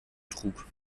trug